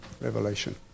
Revelation